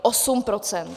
8 %.